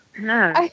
No